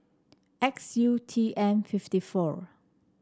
X U T M fifty four